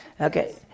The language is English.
Okay